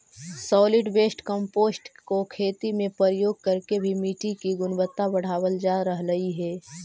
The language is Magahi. सॉलिड वेस्ट कंपोस्ट को खेती में प्रयोग करके भी मिट्टी की गुणवत्ता बढ़ावाल जा रहलइ हे